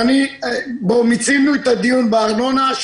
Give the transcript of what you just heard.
כבר מיצינו את הדיון בארנונה.